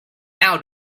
out